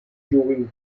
during